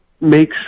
make